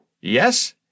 Yes